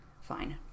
fine